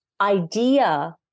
idea